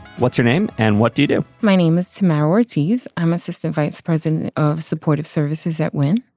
what's your name and what do you do? my name is smashwords, he's i'm assistant vice president of supportive services at wynn.